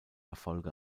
erfolge